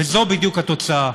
וזו בדיוק התוצאה.